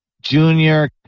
junior